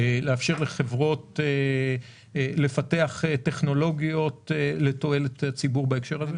לאפשר לחברות לפתח טכנולוגיות לתועלת הציבור בהקשר הזה?